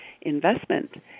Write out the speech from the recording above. investment